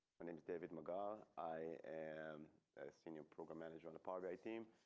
and and david meghaa, i am a senior program manager on the podre team.